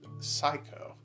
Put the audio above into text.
psycho